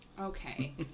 okay